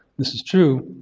this is true,